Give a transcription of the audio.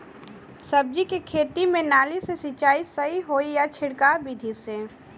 सब्जी के खेती में नाली से सिचाई सही होई या छिड़काव बिधि से?